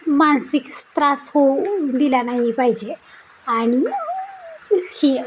मानसिक त्रास होऊ दिला नाही पाहिजे आणि हे